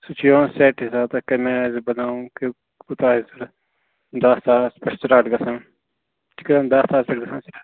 سُہ چھِ یِوان سیٚٹ حِساب تۄہہِ کٔمہِ آیہِ آسہِ بناوُن کوٗتاہ آسہِ ضرورت داہ ساس پٮ۪ٹھ سِٹارٹ گژھان سُہ چھِ گژھان دٔہ ساس پٮ۪ٹھ گژھان سِٹارٹ